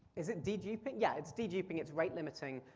is it de-duping? yeah, it's de-duping, it's write limiting.